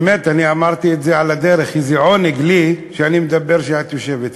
באמת אני אמרתי את זה על הדרך כי זה עונג לי שאני מדבר כשאת יושבת כאן.